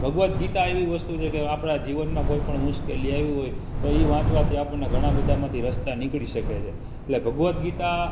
ભગવત ગીતા એવી વસ્તુ છે કે આપણાં જીવનમાં કોઇપણ મુશ્કેલી આવી હોય તો એ વાંચવાથી આપણને ઘણા બધા એમાંથી રસ્તા નીકળી શકે છે એટલે ભગવત ગીતા